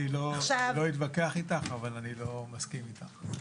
אני לא אתווכח איתך, אבל אני לא מסכים איתך.